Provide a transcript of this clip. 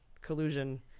collusion